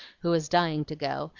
who was dying to go,